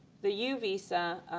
the u visa